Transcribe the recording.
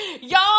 y'all